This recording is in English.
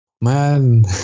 Man